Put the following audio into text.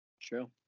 True